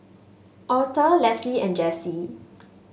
Aurthur Leslie and Jessi